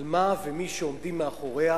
על מה ומי שעומדים מאחוריה